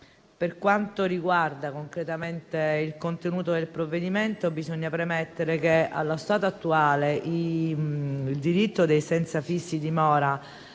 Per quanto riguarda concretamente il contenuto del provvedimento, bisogna premettere che, allo stato attuale, il diritto dei senza fissa dimora